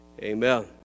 Amen